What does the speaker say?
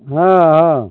हँ हँ